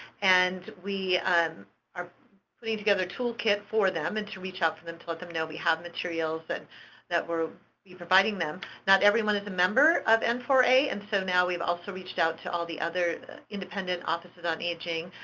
and we are putting together a toolkit for them and to reach out for them to let them know we have materials and that we're providing them. not everyone is a member of m four a, and so now we've also reached out to all the other independent offices on aging